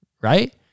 right